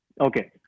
Okay